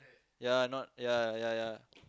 yep not yep yep yep